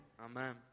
Amen